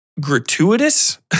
gratuitous